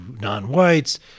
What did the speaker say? non-whites